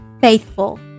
faithful